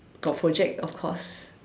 got project of course